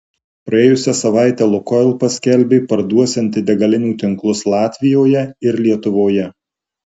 praėjusią savaitę lukoil paskelbė parduosianti degalinių tinklus latvijoje ir lietuvoje